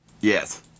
Yes